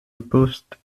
repulsed